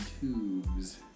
Tubes